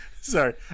Sorry